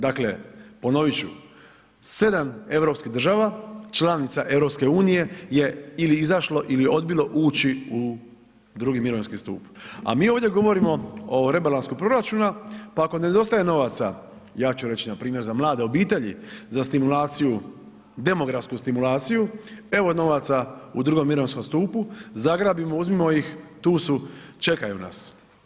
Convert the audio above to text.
Dakle, ponovit ću 7 europskih država članica EU je ili izašlo ili odbilo ući u drugi mirovinski stup, a mi ovdje govorimo o rebalansu proračuna pa ako nedostaje novaca ja ću reći npr. za mlade obitelji, za stimulaciju, demografsku stimulaciju evo novaca u drugom mirovinskom stupu, zagrabimo, uzmimo ih, tu su, čekaju nas.